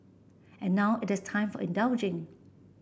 and now it is time for indulging